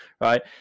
right